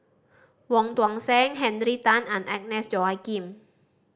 Wong Tuang Seng Henry Tan and Agnes Joaquim